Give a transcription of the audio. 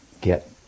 get